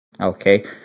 Okay